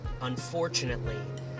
unfortunately